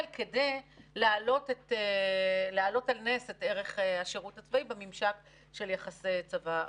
כדי להעלות על נס את ערך השירות הצבאי בממשק של יחסי צבא-חברה.